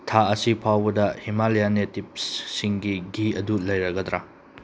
ꯊꯥ ꯑꯁꯤ ꯐꯥꯎꯕꯗ ꯍꯤꯃꯥꯂꯦꯌꯥ ꯅꯦꯇꯤꯞꯁꯁꯤꯡꯒꯤ ꯘꯤ ꯑꯗꯨ ꯂꯩꯔꯒꯗ꯭ꯔꯥ